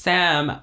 Sam